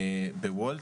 בוולט.